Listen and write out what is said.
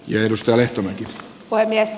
jymystä lehtonen puhemies